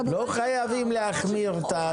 לא חייבים להחמיר את ה,